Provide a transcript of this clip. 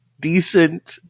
Decent